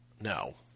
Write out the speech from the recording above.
No